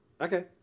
Okay